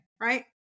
right